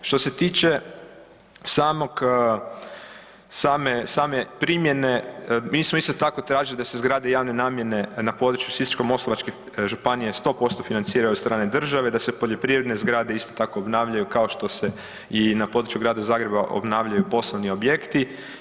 Što se tiče samog, same primjene mi smo isto tako tražili da se zgrade javne namjene na području Sisačko-moslavačke županije sto posto financiraju od strane države, da se poljoprivredne zgrade isto tako obnavljaju kao što se i na području grada Zagreba obnavljaju poslovni objekti.